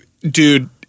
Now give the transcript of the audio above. dude